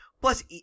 Plus